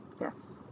Yes